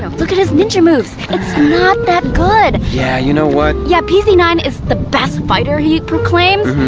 um look at his ninja moves. it's not that good. yeah, you know what, yeah, p z nine is the best fighter, he proclaims.